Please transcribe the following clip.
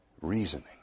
reasoning